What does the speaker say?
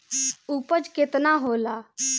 उपज केतना होला?